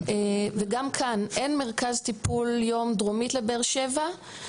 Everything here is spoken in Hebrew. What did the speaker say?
גם כאן אין מרכז טיפול יום דרומית לבאר-שבע,